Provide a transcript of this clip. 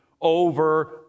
over